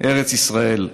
ארץ ישראל.